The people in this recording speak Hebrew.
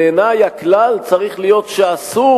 בעיני הכלל צריך להיות שאסור,